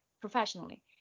professionally